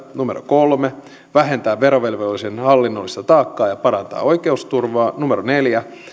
kolme vähentää verovelvollisen hallinnollista taakkaa ja parantaa oikeusturvaa neljä